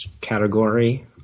category